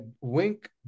Wink